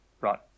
Right